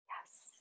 Yes